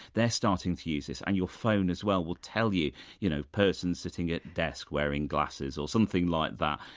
they're starting to use this and your phone, as well, will tell you you know person sitting at desk wearing glasses or something like that.